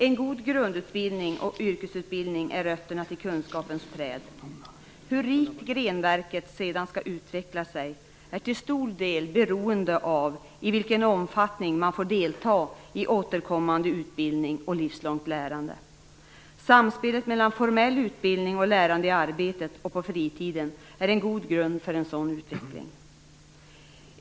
En god grund och yrkesutbildning är rötterna till kunskapens träd. Hur rikt grenverket sedan skall utvecklas är till stor del beroende på vilken omfattning man får delta i återkommande utbildning och livslångt lärande. Samspelet mellan formell utbildning och lärande i arbetet och på fritiden är en god grund för en sådan utveckling.